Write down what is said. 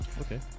Okay